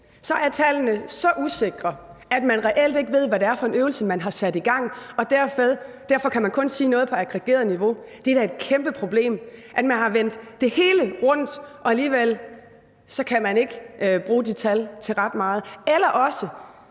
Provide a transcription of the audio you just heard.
at tallene er så usikre, at man reelt ikke ved, hvad det er for en øvelse, man har sat i gang, og at man derfor kun kan sige noget på aggregeret niveau, er da et kæmpe problem. Altså, enten vælger man at vende det hele rundt og kan alligevel ikke bruge de tal til ret meget, eller også